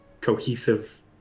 cohesive